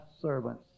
servants